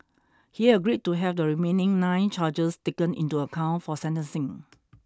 he agreed to have the remaining nine charges taken into account for sentencing